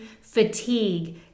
fatigue